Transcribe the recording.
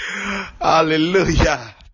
Hallelujah